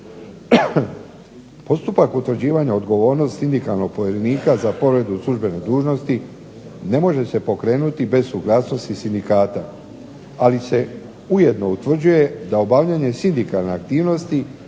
Postupak utvrđivanja odgovornosti sindikalnog povjerenika za povredu službene dužnosti ne može se pokrenuti bez suglasnosti sindikata, ali se ujedno utvrđuje da obavljanje sindikalne aktivnosti